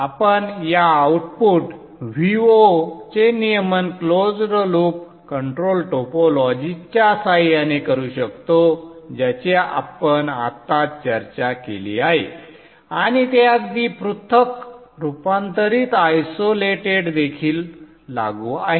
आपण या output Vo चे नियमन क्लोज्ड लूप कंट्रोल टोपोलॉजीच्या सहाय्याने करू शकतो ज्याची आपण आत्ताच चर्चा केली आहे आणि ते अगदी पृथक रूपांतरित आयसोलेटेड देखील लागू आहे